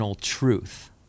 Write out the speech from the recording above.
truth